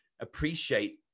appreciate